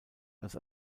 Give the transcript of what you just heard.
als